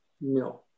No